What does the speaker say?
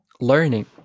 learning